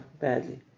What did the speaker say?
badly